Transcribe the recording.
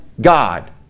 God